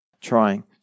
trying